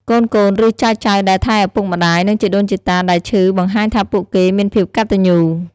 កូនៗ ឬ ចៅៗដែលថែឪពុកម្ដាយ និងជីដូនជិតាដែលឈឺបង្ហាញថាពួកគេមានភាពកត្តញ្ញូ។